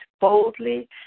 boldly